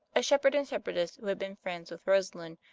a shepherd and shepherdess who had been friends with rosalind,